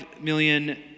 million